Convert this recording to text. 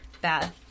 bad